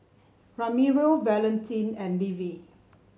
Ramiro Valentin and Levy